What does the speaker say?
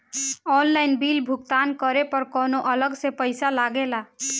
Online bill भुगतान करे पर कौनो अलग से पईसा लगेला?